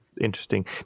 interesting